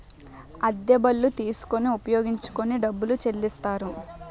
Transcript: అద్దె బళ్ళు తీసుకొని ఉపయోగించుకొని డబ్బులు చెల్లిస్తారు